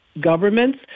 governments